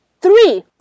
Three